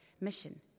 mission